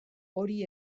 hori